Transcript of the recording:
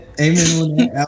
amen